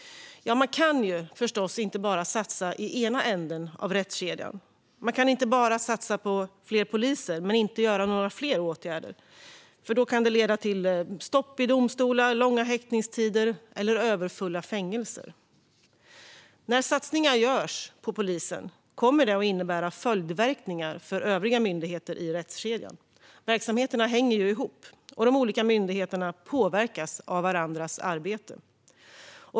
Man kan förstås inte bara satsa i ena änden av rättskedjan. Man kan inte bara satsa på fler poliser och inte vidta några flera åtgärder. Då kan det leda till stopp i domstolar, långa häktningstider eller överfulla fängelser. När satsningar görs på polisen kommer det att innebära följdverkningar för övriga myndigheter i rättskedjan. Verksamheterna hänger ihop, och de olika myndigheterna påverkas av varandras arbete.